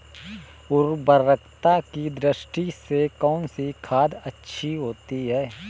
उर्वरकता की दृष्टि से कौनसी खाद अच्छी होती है?